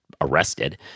arrested